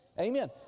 Amen